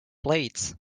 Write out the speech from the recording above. blades